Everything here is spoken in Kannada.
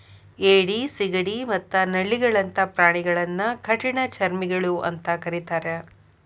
ಏಡಿ, ಸಿಗಡಿ ಮತ್ತ ನಳ್ಳಿಗಳಂತ ಪ್ರಾಣಿಗಳನ್ನ ಕಠಿಣಚರ್ಮಿಗಳು ಅಂತ ಕರೇತಾರ